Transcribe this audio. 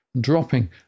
dropping